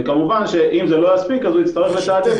כמובן שאם זה לא יספיק אז הוא יצטרך לתעדף